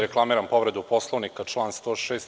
Reklamiram povredu Poslovnika, član 106.